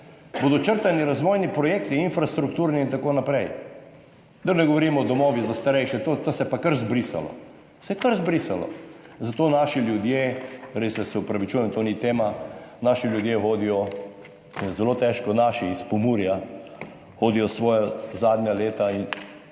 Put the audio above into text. bodo črtani razvojni projekti, infrastrukturni in tako naprej, da ne govorimo o domovih za starejše, to se je pa kar zbrisalo, se je kar zbrisalo, zato naši ljudje, res se opravičujem, to ni tema, naši ljudje hodijo, je zelo težko naši iz Pomurja hodijo svoja zadnja leta in